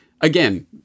again